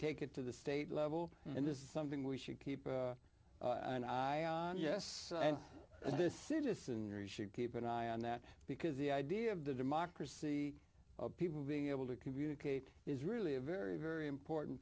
take it to the state level and this is something we should keep an eye on yes and this citizenry should keep an eye on that because the idea of democracy people being able to communicate is really a very very important